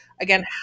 again